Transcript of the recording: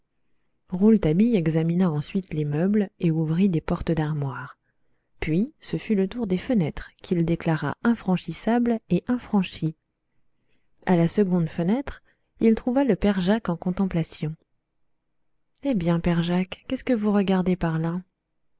rouletabille examina ensuite les meubles et ouvrit les armoires puis ce fut le tour des fenêtres qu'il déclara infranchissables et infranchies à la seconde fenêtre il trouva le père jacques en contemplation eh bien père jacques qu'est-ce que vous regardez par là